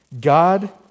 God